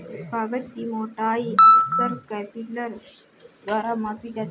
कागज की मोटाई अक्सर कैलीपर द्वारा मापी जाती है